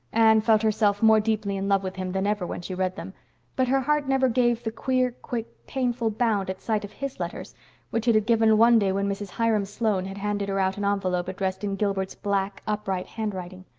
anne felt herself more deeply in love with him than ever when she read them but her heart never gave the queer, quick, painful bound at sight of his letters which it had given one day when mrs. hiram sloane had handed her out an envelope addressed in gilbert's black, upright handwriting.